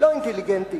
לא אינטליגנטי.